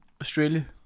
Australia